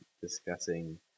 discussing